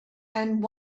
and